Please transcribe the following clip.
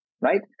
right